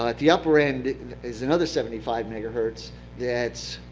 but the upper end is another seventy five megahertz that's